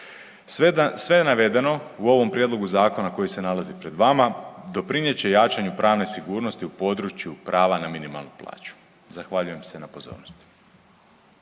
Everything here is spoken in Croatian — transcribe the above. Sve navedeno u ovom Prijedlogu zakona koji se nalazi pred vama doprinijet će jačanju pravne sigurnosti prava na minimalnu plaću. Zahvaljujem se na pozornosti.